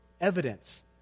evidence